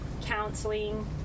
counseling